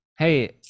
Hey